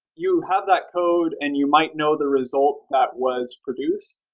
you have that code and you might know the result that was produced.